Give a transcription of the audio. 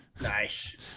Nice